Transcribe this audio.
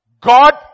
God